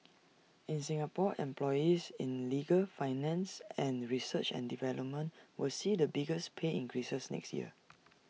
in Singapore employees in legal finance and research and development will see the biggest pay increases next year